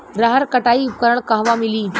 रहर कटाई उपकरण कहवा मिली?